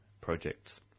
projects